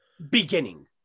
beginning